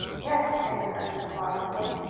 yes, answered ernest modestly.